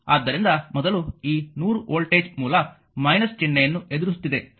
ಆದ್ದರಿಂದ ಮೊದಲು ಈ 100 ವೋಲ್ಟೇಜ್ ಮೂಲ ಚಿಹ್ನೆಯನ್ನು ಎದುರಿಸುತ್ತಿದೆ